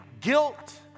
guilt